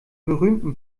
berühmten